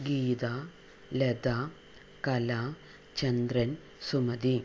Geetha Latha Kala Chandran Sumathi